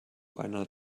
einer